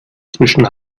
zwischen